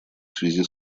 связи